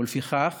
ולפיכך